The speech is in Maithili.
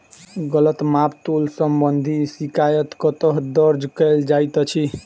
गलत माप तोल संबंधी शिकायत कतह दर्ज कैल जाइत अछि?